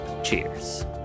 Cheers